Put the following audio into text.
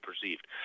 perceived